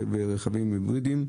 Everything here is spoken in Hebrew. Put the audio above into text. רכבים היברידיים,